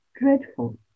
dreadful